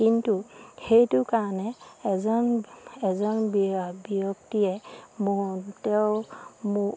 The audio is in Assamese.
কিন্তু সেইটো কাৰণে এজন এজন ব্যক্তিয়ে মোৰ তেওঁ মোৰ